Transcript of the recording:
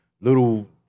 little